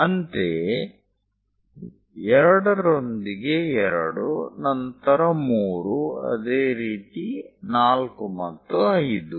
ಅಂತೆಯೇ 2 ರೊಂದಿಗೆ 2 ನಂತರ 3 ಅದೇ ರೀತಿ 4 ಮತ್ತು 5